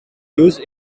used